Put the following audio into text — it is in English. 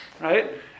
Right